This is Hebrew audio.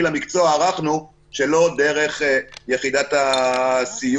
למקצוע ואני ערכנו שלא דרך יחידת הסיוע.